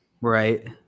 Right